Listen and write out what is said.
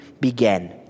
began